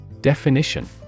Definition